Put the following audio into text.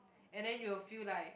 and then you will feel like